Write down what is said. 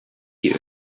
you